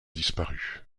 disparu